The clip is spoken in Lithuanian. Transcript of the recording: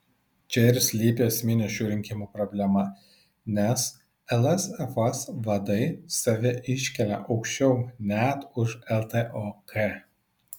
čia ir slypi esminė šių rinkimų problema nes lsfs vadai save iškelia aukščiau net už ltok